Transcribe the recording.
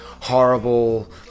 Horrible